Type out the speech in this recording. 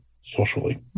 socially